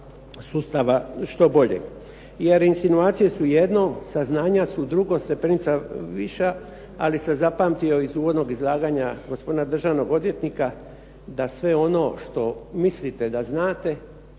sustava što bolje. Jer insinuacije su jedno, saznanja su drugo, stepenica viša, ali sam zapamtio iz uvodnog izlaganja gospodina državnog odvjetnika da sve ono što mislite da znate